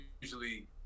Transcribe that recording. usually